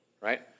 right